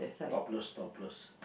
topless topless